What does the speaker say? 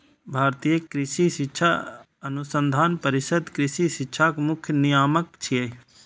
भारतीय कृषि शिक्षा अनुसंधान परिषद कृषि शिक्षाक मुख्य नियामक छियै